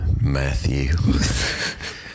Matthew